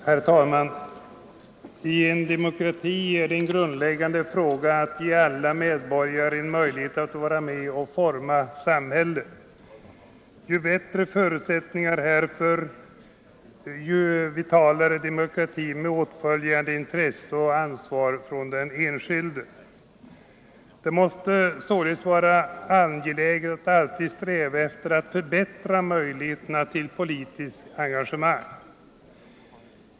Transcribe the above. Herr talman! I en demokrati är det en fråga av grundläggande betydelse att alla medborgare ges en möjlighet att vara med och forma samhället. Ju bättre förutsättningar härför, desto vitalare demokrati med åtföljande intresse och ansvar från den enskilde. Det måste därför vara angeläget att alltid sträva efter att förbättra möjligheterna till politiskt engagemang.